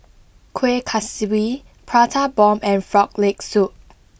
Kueh Kaswi Prata Bomb and Frog Leg Soup